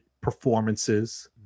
performances